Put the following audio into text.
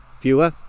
viewer